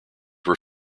were